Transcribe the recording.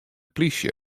plysje